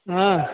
हँ